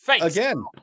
again